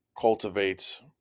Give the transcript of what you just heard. cultivates